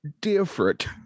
different